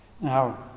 Now